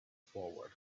forward